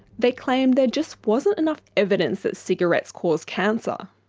they claimed there just wasn't enough evidence that cigarettes cause cancer.